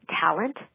talent